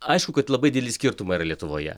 aišku kad labai dideli skirtumai yra lietuvoje